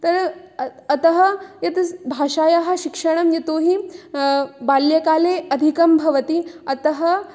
त अ अतः यत् भाषायाः शिक्षणं यतोहि बाल्यकाले अधिकं भवति अतः